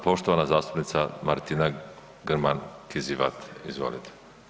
Poštovana zastupnica Martina Grman Kizivat, izvolite.